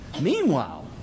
Meanwhile